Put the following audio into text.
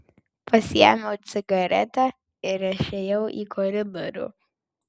pasiėmiau cigaretę ir išėjau į koridorių